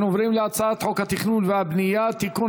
אנחנו עוברים להצעת חוק התכנון והבנייה (תיקון,